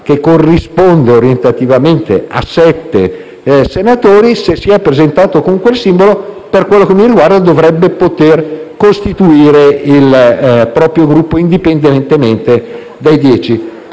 che corrisponde orientativamente a sette senatori, se si è presentato con un simbolo - per quanto mi riguarda condivido - dovrebbe poter costituire il proprio Gruppo indipendentemente dai dieci